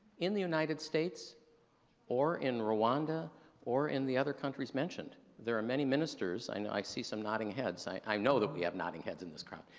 in the united states or in rwanda or in the other countries mentioned, there are many ministers. i know i see some nodding heads. i i know that we have nodding heads in this crowd.